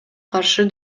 каршы